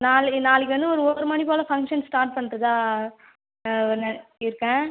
நாளை நாளைக்கு வந்து ஒரு ஒரு மணி போல ஃபங்க்ஷன் ஸ்டார்ட் பண்ணுறதா ந இருக்கேன்